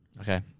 Okay